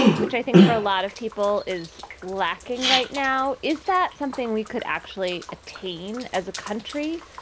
which i think for a lot of people is lacking right now, is that something we could actually attain as a country?